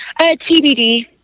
TBD